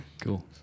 Cool